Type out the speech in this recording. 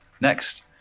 Next